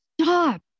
Stop